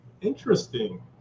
Interesting